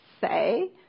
say